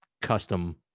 custom